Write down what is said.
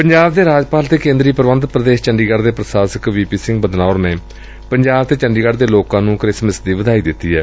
ਪੰਜਾਬ ਦੇ ਰਾਜਪਾਲ ਅਤੇ ਕੇ'ਦਰੀ ਪ੍ਰਬੰਧਤ ਪ੍ਰਦੇਸ਼ ਚੰਡੀਗੜ੍ਪ ਦੇ ਪ੍ਰਸ਼ਾਸਕ ਵੀ ਪੀ ਸਿੰਘ ਬਦਨੌਰ ਨੇ ਪੰਜਾਬ ਤੇ ਚੰਡੀਗੜ ਦੇ ਲੋਕਾ ਨੂੰ ਕ੍ਰਿਸਮਿਸ ਦੀ ਵਧਾਈ ਦਿੱਡੀ ਏ